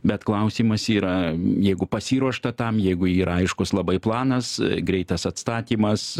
bet klausimas yra jeigu pasiruošta tam jeigu yra aiškus labai planas greitas atstatymas